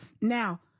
Now